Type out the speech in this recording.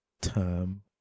term